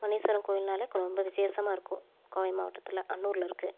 முனீஸ்வரன் கோவில்னாலே கொ ரொம்ப விசேஷமாக இருக்கும் கோவை மாவட்டத்தில் அன்னூரில் இருக்குது